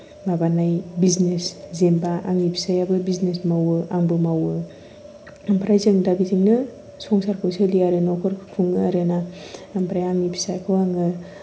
माबानाय बिजनेस जेनबा आंनि फिसाइयाबो बिजनेस मावो आंबो मावो ओमफ्राय जों दा बिजोंनो संसारखौ सोलियो आरो नखरखौ खुङो आरोना ओमफ्राय आंनि फिसाखौ आङो